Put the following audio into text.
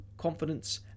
confidence